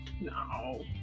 No